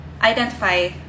identify